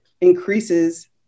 increases